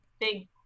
big